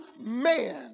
man